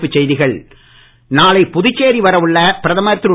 தலைப்புச்செய்திகள் நாளை புதுச்சேரி வரவுள்ள பிரதமர் திரு